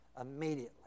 immediately